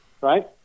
right